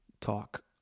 talk